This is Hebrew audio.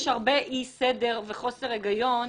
יש הרבה אי סדר וחוסר הגיון,